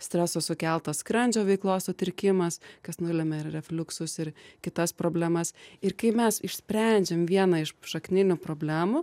streso sukeltas skrandžio veiklos sutrikimas kas nulemia ir refliuksus ir kitas problemas ir kai mes išsprendžiam vieną iš šakninių problemų